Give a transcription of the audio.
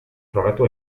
frogatu